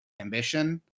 ambition